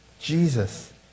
jesus